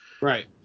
Right